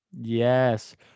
Yes